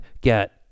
get